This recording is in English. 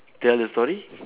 tell a story